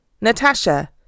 natasha